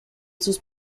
sus